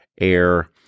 air